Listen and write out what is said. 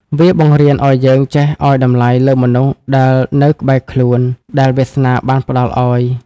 វាបង្រៀនឱ្យយើងចេះឱ្យតម្លៃលើមនុស្សដែលនៅក្បែរខ្លួន ដែលវាសនាបានផ្ដល់ឱ្យ។